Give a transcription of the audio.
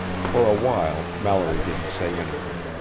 for a while, mallory didn't say anything.